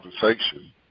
conversation